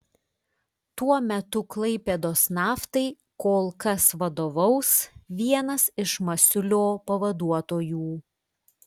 tuo metu klaipėdos naftai kol kas vadovaus vienas iš masiulio pavaduotojų